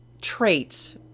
traits